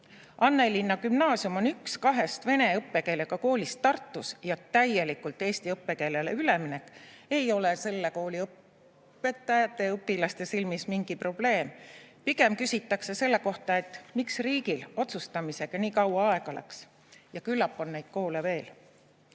Annelinna Gümnaasium on üks kahest vene õppekeelega koolist Tartus ja täielikult eesti õppekeelele üleminek ei ole selle kooli õpetajate ja õpilaste silmis mingi probleem. Pigem küsitakse selle kohta, miks riigil otsustamisega nii kaua aega läks. Ja küllap on neid koole veel.